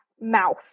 mouth